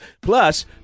Plus